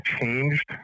changed